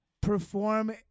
perform